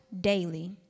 daily